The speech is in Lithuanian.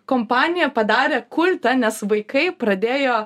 kompanija padarė kultą nes vaikai pradėjo